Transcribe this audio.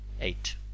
eight